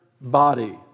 body